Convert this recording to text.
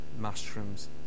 mushrooms